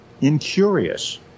incurious